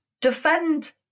defend